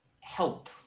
help